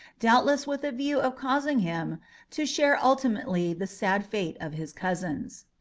doubtless with a view of causing him to share ultimately the sad fate of his cousins.